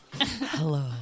hello